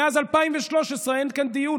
מאז 2013 אין כאן דיון,